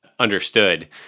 understood